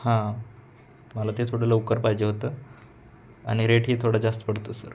हां मला ते थोडं लवकर पाहिजे होतं आणि रेटही थोडं जास्त पडतो सर